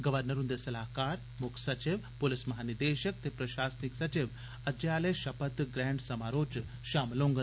राज्यपाल हुंदे सलाहकार मुक्ख सचिव पुलस महानिदेशक ते प्रशासनिक सचिव अज्जै आले शपथ ग्रैहण समारोह च शामल होंगन